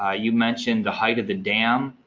ah you mentioned the height of the dam,